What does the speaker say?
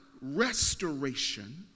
restoration